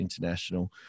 international